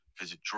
Visit